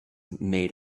made